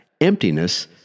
Emptiness